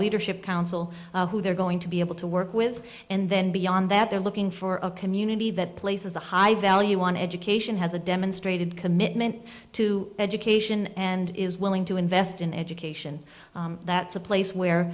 leadership council who they're going to be able to work with and then beyond that they're looking for a community that places a high value on education has a demonstrated commitment to education and is willing to invest in education that's a place where